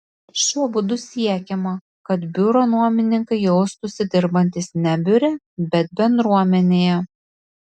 šiuo būdu siekiama kad biuro nuomininkai jaustųsi dirbantys ne biure bet bendruomenėje